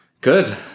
Good